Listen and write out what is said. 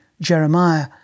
Jeremiah